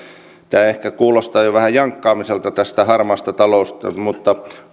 tämä ehkä kuulostaa jo vähän jankkaamiselta tästä harmaasta taloudesta mutta